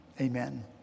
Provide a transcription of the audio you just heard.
Amen